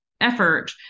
effort